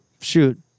shoot